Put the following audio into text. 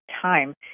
time